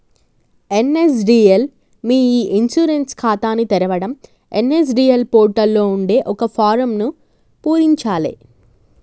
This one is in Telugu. ఎన్.ఎస్.డి.ఎల్ మీ ఇ ఇన్సూరెన్స్ ఖాతాని తెరవడం ఎన్.ఎస్.డి.ఎల్ పోర్టల్ లో ఉండే ఒక ఫారమ్ను పూరించాలే